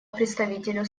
представителю